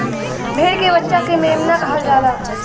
भेड़ के बच्चा के मेमना कहल जाला